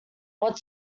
what